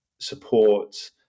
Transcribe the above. support